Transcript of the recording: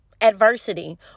adversity